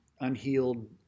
unhealed